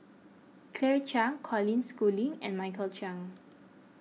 Claire Chiang Colin Schooling and Michael Chiang